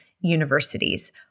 universities